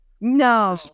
No